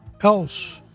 else